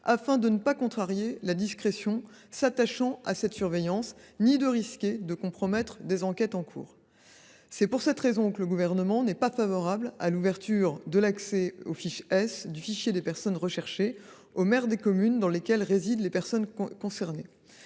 afin de ne pas contrarier la discrétion s’attachant à cette surveillance ni de risquer de compromettre des enquêtes en cours. C’est pourquoi le Gouvernement n’est pas favorable à l’ouverture de l’accès aux fiches S du fichier des personnes recherchées (FPR) aux maires des communes dans lesquelles résident les personnes concernées.